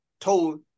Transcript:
told